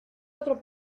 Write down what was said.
otro